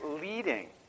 leading